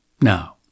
Now